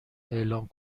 اعلام